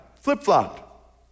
Flip-flopped